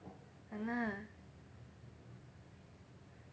!hanna!